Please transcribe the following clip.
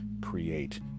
create